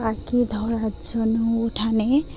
পাখি ধরার জন্য উঠানে